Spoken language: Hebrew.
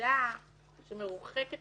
ועדה שמרוחקת